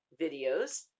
videos